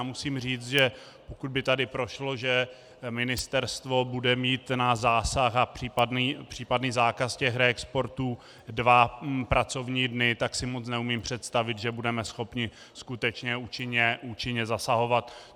Musím říct, že pokud by tady prošlo, že ministerstvo bude mít na zásah a případný zákaz reexportů dva pracovní dny, tak si moc neumím představit, že budeme schopni skutečně účinně zasahovat.